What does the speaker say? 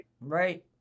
Right